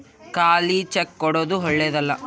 ಖಾಲಿ ಚೆಕ್ ಕೊಡೊದು ಓಳ್ಳೆದಲ್ಲ